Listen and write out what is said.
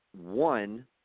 one